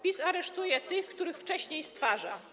PiS aresztuje tych, których wcześniej stwarza.